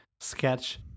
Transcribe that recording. Sketch